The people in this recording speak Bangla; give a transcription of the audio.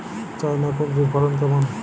চায়না কুঁদরীর ফলন কেমন?